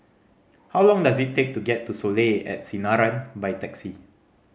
how long does it take to get to Soleil at Sinaran by taxi